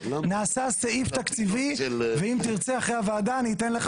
נעשה סעיף תקציבי ואם תרצה אחרי הוועדה אני אתן לך